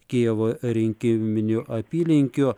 kijevo rinkiminių apylinkių